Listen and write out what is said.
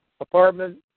apartment